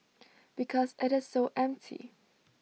because IT is so empty